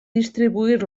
distribuir